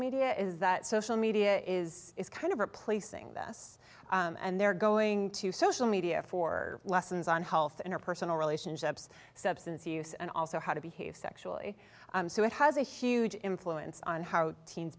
media is that social media is kind of replacing this and they're going to social media for lessons on health interpersonal relationships substance use and also how to behave sexually so it has a huge influence on how teens